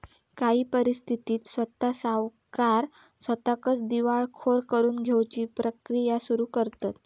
काही परिस्थितीत स्वता सावकार स्वताकच दिवाळखोर करून घेउची प्रक्रिया सुरू करतंत